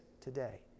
today